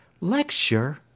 Lecture